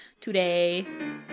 today